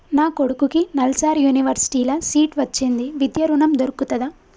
నా కొడుకుకి నల్సార్ యూనివర్సిటీ ల సీట్ వచ్చింది విద్య ఋణం దొర్కుతదా?